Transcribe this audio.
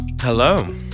Hello